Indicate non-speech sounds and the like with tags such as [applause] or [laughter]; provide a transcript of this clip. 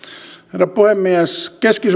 herra puhemies keski [unintelligible]